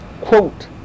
quote